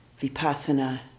vipassana